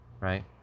right